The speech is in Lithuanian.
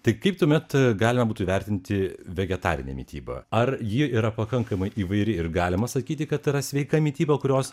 tai kaip tuomet galima būtų įvertinti vegetarinę mitybą ar ji yra pakankamai įvairi ir galima sakyti kad tai yra sveika mityba kurios